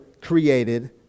created